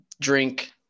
drink